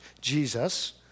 Jesus